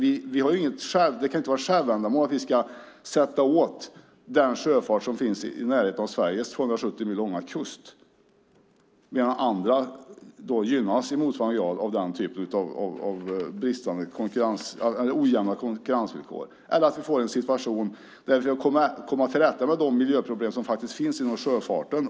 Det kan inte vara ett självändamål att sätta åt den sjöfart som finns i närheten av Sveriges 270 mil långa kust medan andra länders sjöfart gynnas av dessa ojämna konkurrensvillkor. Vi ska komma till rätta med de miljöproblem som finns inom sjöfarten.